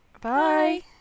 Bye